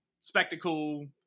spectacle